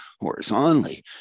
horizontally